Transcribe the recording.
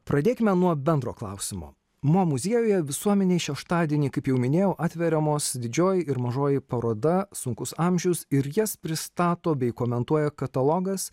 pradėkime nuo bendro klausimo mo muziejuje visuomenei šeštadienį kaip jau minėjau atveriamos didžioji ir mažoji paroda sunkus amžius ir jas pristato bei komentuoja katalogas